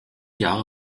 jahre